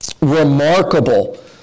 remarkable